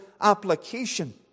application